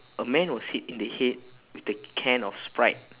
a man was hit in the head with a can of sprite